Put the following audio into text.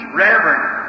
reverend